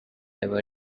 ever